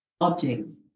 objects